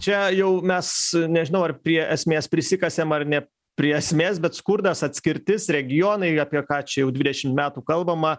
čia jau mes nežinau ar prie esmės prisikasėm ar ne prie esmės bet skurdas atskirtis regionai apie ką čia jau dvidešim metų kalbama